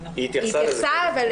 עוד